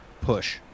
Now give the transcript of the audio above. Push